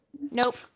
Nope